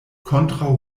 kontraŭ